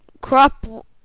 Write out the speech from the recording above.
crop